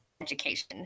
education